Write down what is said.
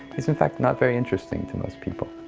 it's in fact not very interesting to most people.